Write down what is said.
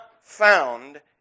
found